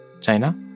China